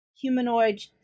humanoid